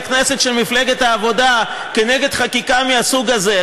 כנסת של מפלגת העבודה נגד חקיקה מהסוג הזה,